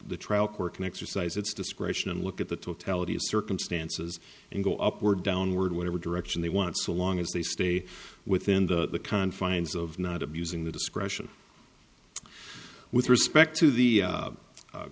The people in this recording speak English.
the trial court can exercise its discretion and look at the totality of circumstances and go upward downward whatever direction they want so long as they stay within the confines of not abusing the discretion with respect to the